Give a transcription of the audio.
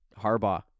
Harbaugh